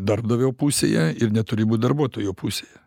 darbdavio pusėje ir neturi būt darbuotojo pusėje